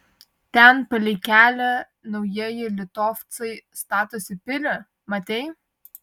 ten palei kelią naujieji litovcai statosi pilį matei